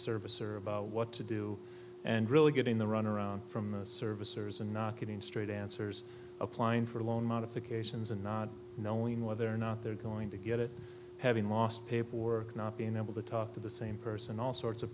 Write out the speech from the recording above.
service or about what to do and really getting the runaround from the servicers and not getting straight answers applying for loan modifications and not knowing whether or not they're going to get it having lost paperwork not being able to talk to the same person all sorts of